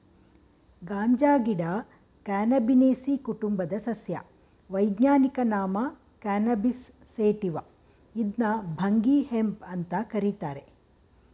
ಗಾಂಜಾಗಿಡ Cannabinaceae ಕುಟುಂಬದ ಸಸ್ಯ ವೈಜ್ಞಾನಿಕ ನಾಮ ಕ್ಯಾನಬಿಸ್ ಸೇಟಿವ ಇದ್ನ ಭಂಗಿ ಹೆಂಪ್ ಅಂತ ಕರೀತಾರೆ